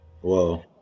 Whoa